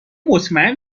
مطمئن